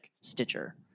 Stitcher